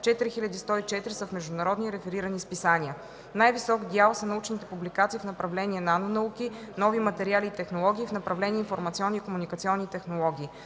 4104 са в международни реферирани списания. Най-висок дял са научните публикации в направление „Нанонауки, нови материали и технологии” и в направление „Информационни и комуникационни технологии”.